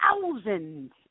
thousands